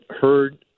heard